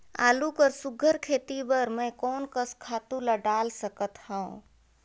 आलू कर सुघ्घर खेती बर मैं कोन कस खातु ला डाल सकत हाव?